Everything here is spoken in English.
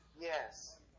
Yes